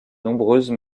nombreuses